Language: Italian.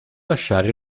lasciare